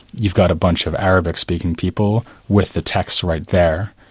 you've got a bunch of arabic-speaking people with the text right there,